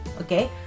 okay